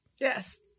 Yes